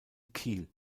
kiel